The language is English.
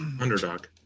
Underdog